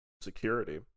security